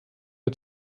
der